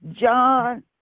John